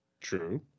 True